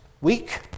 week